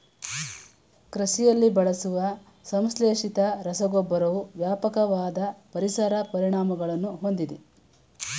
ಕೃಷಿಯಲ್ಲಿ ಬಳಸುವ ಸಂಶ್ಲೇಷಿತ ರಸಗೊಬ್ಬರವು ವ್ಯಾಪಕವಾದ ಪರಿಸರ ಪರಿಣಾಮಗಳನ್ನು ಹೊಂದಿದೆ